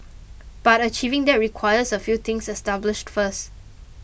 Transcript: but achieving that requires a few things established first